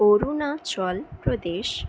Arunachal Pradesh